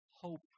hope